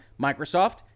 Microsoft